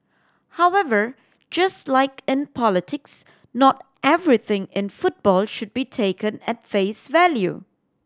however just like in politics not everything in football should be taken at face value